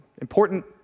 important